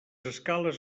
escales